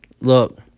look